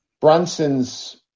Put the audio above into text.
Brunson's